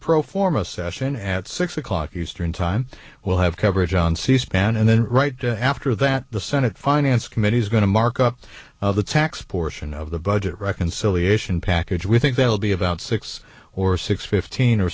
pro forma session at six o'clock eastern time we'll have coverage on c span and then right after that the senate finance committee is going to mark up the tax portion of the budget reconciliation package we think that will be about six or six fifteen or